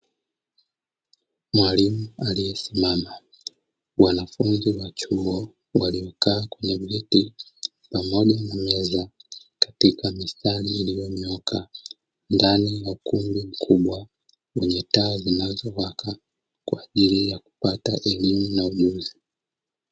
Mwalimu aliyesimama, wanafunzi wa chuo waliokaa kwenye viti pamoja na meza katika mistari iliyonyooka, ndani ya kumbi kubwa lenye taa zinazowaka kwa ajili ya kupata elimu na ujuzi.